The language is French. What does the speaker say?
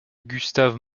gustave